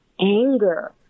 anger